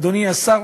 אדוני השר,